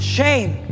Shame